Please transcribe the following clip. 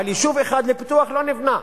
אבל יישוב אחד לפיתוח לא נבנה.